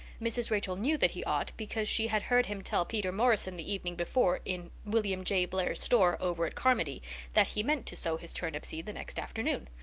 mrs. rachel knew that he ought because she had heard him tell peter morrison the evening before in william j. blair's store over at carmody that he meant to sow his turnip seed the next afternoon.